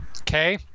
Okay